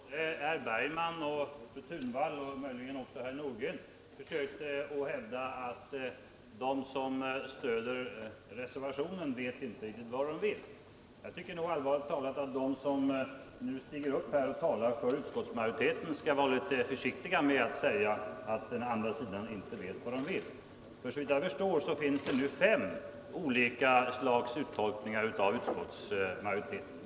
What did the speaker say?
Herr talman! Både herr Bergman och fru Thunvall och möjligen också herr Nordgren försökte hävda att de som stöder reservationen inte riktigt vet vad de vill. Jag tycker allvarligt talat att de som stiger upp och talar för utskottsmajoriteten skall vara försiktiga med att säga att den andra sidan inte vet vad den vill. Såvitt jag förstår finns det nu fem olika tolkningar av utskottsmajoritetens ståndpunkt.